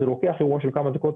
זה לוקח כמה דקות,